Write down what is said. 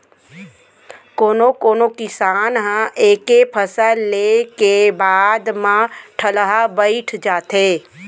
कोनो कोनो किसान ह एके फसल ले के बाद म ठलहा बइठ जाथे